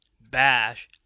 Bash